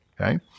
okay